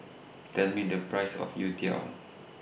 Tell Me The Price of Youtiao